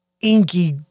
inky